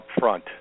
upfront